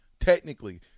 technically